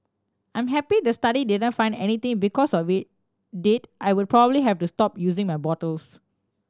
I'm happy the study didn't find anything because of it did I would probably have to stop using my bottles